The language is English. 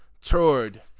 toured